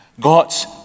God's